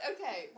Okay